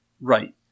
right